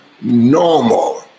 normal